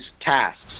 tasks